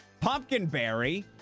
Pumpkinberry